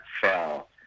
fell